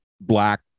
black